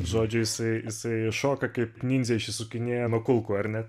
žodžiu jisai jisai iššoka kaip nindzė išsisukinėja nuo kulkų ar ne